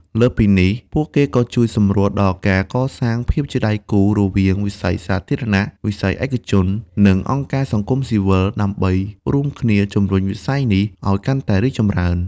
លើសពីនេះ ពួកគេក៏ជួយសម្រួលដល់ការកសាងភាពជាដៃគូរវាងវិស័យសាធារណៈ វិស័យឯកជន និងអង្គការសង្គមស៊ីវិល ដើម្បីរួមគ្នាជំរុញវិស័យនេះឱ្យកាន់តែរីកចម្រើន។